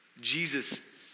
Jesus